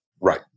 Right